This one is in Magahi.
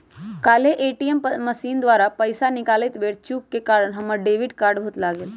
काल्हे ए.टी.एम मशीन द्वारा पइसा निकालइत बेर चूक के कारण हमर डेबिट कार्ड भुतला गेल